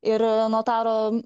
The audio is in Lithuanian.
ir notaro